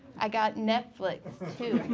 i got netflix too.